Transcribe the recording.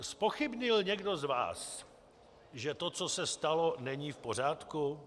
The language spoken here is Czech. Zpochybnil někdo z vás, že to, co se stalo, není v pořádku?